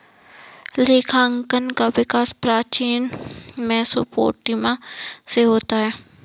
लेखांकन का विकास प्राचीन मेसोपोटामिया से होता है